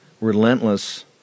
relentless